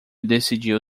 decidiu